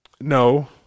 No